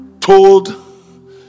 told